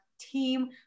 team